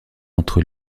entre